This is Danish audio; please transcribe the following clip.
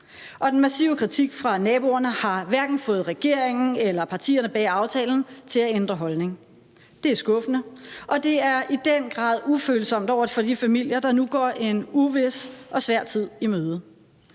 og den massive kritik fra naboerne har hverken fået regeringen eller partierne bag aftalen til at ændre holdning. Det er skuffende, og det er i den grad ufølsomt over for de familier, der nu går en uvis og svær tid i møde.